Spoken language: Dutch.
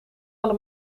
alle